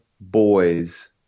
boys